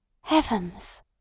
Heavens